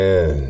Man